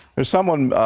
there is someone,